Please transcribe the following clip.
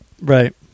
Right